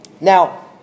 Now